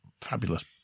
fabulous